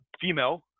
female